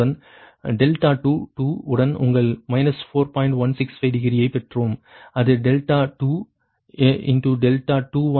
165 டிகிரியைப் பெற்றோம் அது 2 2∆2 ∆2